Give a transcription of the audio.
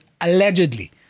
allegedly